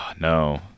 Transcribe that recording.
No